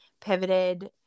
pivoted